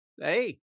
hey